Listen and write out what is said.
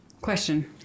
Question